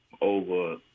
over